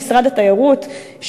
למשרד התיירות,